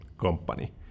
company